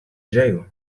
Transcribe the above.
jail